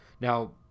Now